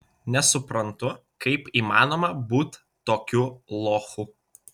nesuprantu kaip įmanoma būt tokiu lochu